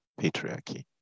patriarchy